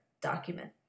document